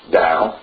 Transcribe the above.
down